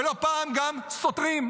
ולא פעם גם סותרים.